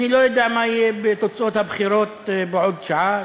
אני לא יודע מה יהיה בתוצאות ההצבעות בעוד שעה,